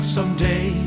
Someday